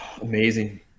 Amazing